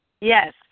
Yes